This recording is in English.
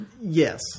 Yes